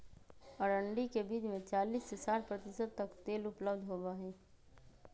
अरंडी के बीज में चालीस से साठ प्रतिशत तक तेल उपलब्ध होबा हई